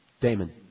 Damon